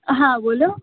હા બોલો